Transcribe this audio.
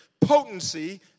potency